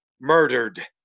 murdered